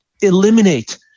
eliminate